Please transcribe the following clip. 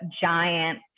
giant